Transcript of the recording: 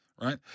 right